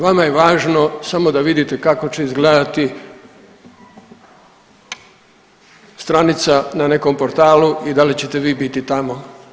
Vama je važno samo da vidite kako će izgledati stranica na nekom portalu i da li ćete vi biti tamo.